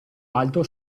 alto